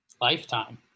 Lifetime